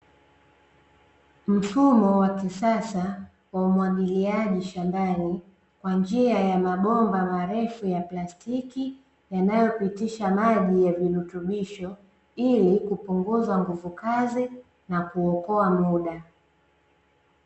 Mfumo wa kisasa wa umwagiliaji shambani kwa njia ya mabomba marefu ya plastiki yanayopitisha maji ya virutubisho ili kupunguza nguvu kazi na kuokoa muda.